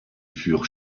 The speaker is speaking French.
furent